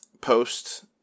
post